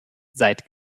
seid